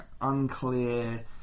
unclear